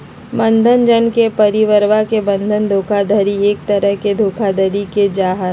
बंधक जन के परिवरवा से बंधक धोखाधडी एक तरह के धोखाधडी के जाहई